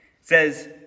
says